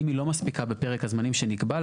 אם הוא לא מספיק בפרק הזמנים שנקבע לו,